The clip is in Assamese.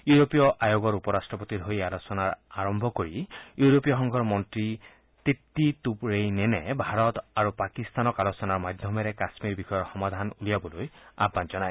ইউৰোপীয় আয়োগৰ উপৰাট্টপতিৰ হৈ এই আলোচনা আৰম্ভ কৰি ইউৰোপীয় সংঘৰ মন্ত্ৰী টিটি টুপৰেইনেনে ভাৰত আৰু পাকিস্তানক আলোচনাৰ মাধ্যমেৰে কাম্মীৰ বিষয়ৰ সমাধান উলিয়াবলৈ আহান জনায়